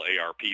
ARP